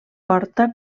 porta